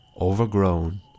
overgrown